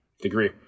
degree